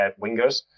wingers